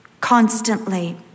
constantly